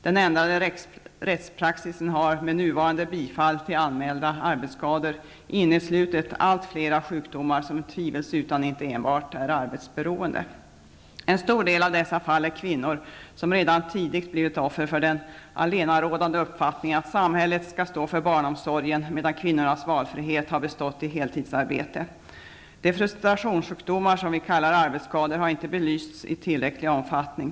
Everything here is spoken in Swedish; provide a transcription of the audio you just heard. Den ändrade rättspraxisen har med nuvarande bifall till anmälda arbetsskador inneslutit alltfler sjukdomar som tvivelsutan inte enbart är arbetsberoende. En stor del av dessa fall är kvinnor som redan tidigt blivit offer för den allenarådande uppfattningen att samhället skall stå för barnomsorgen, medan kvinnornas valfrihet har bestått i heltidsarbete. De frustrationssjukdomar som vi kallar arbetsskador har inte belysts i tillräcklig omfattning.